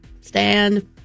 stand